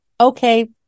Okay